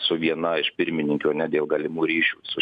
su viena iš pirmininkių ane dėl galimų ryšių su